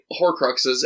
Horcruxes